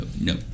no